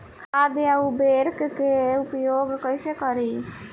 खाद व उर्वरक के उपयोग कइसे करी?